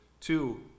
Two